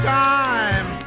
time